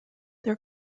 their